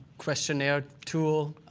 questionnaire tool,